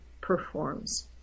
performs